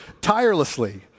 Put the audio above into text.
tirelessly